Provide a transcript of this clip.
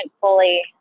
fully